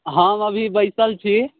हम अभी बैसल छी